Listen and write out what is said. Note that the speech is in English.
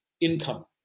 income